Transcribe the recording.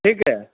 ٹھیک ہے